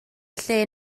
lle